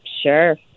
Sure